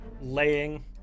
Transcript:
laying